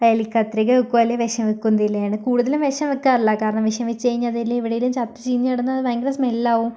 എലിക്കത്രിക വെക്കും അല്ലെങ്കിൽ വിഷം വെയ്ക്കുകയോ എന്തെങ്കിലുമാണ് കൂടുതലും വിഷം വെക്കാറില്ല കാരണം വിഷം വച്ച് കഴിഞ്ഞാൽ അത് എലി എവിടെയെങ്കിലും ചത്ത് ചീഞ്ഞ് കിടന്നാൽ അത് ഭയങ്കര സ്മെല്ലാവും